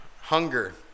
hunger